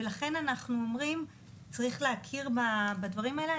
ולכן אנחנו אומרים שצריך להכיר בדברים האלה.